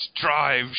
drive